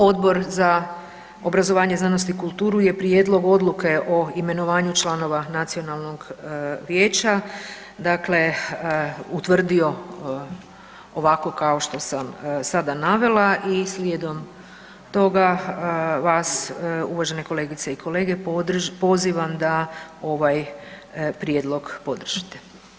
Odbor za obrazovanje, znanost i kulturu je prijedlog Odluke o imenovanju članova Nacionalnog vijeća dakle utvrdio ovako kao što sam sada navela i slijedom toga vas, uvaženi kolegice i kolege, pozivam da ovaj prijedlog podržite.